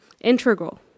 integral